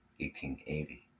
1880